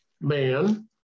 man